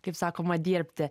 kaip sakoma dirbti